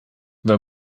wij